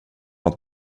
att